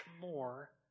more